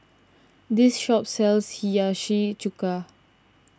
this shop sells Hiyashi Chuka